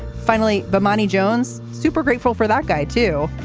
finally bomani jones super grateful for that guy too.